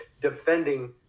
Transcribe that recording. defending